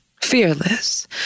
fearless